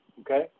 okay